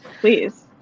Please